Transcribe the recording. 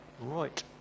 Right